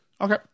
Okay